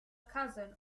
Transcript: cousin